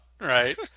Right